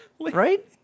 Right